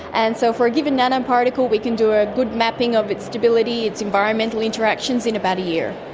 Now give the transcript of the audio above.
and so for a given nano-particle we can do a good mapping of its stability, its environmental interactions in about a year.